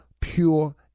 pure